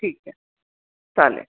ठीक आहे चालेल